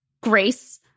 grace